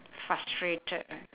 frustrated ah